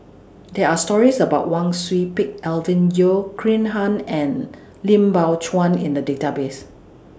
There Are stories about Wang Sui Pick Alvin Yeo Khirn Hai and Lim Biow Chuan in The Database